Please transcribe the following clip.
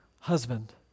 husband